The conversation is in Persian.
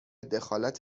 دخالت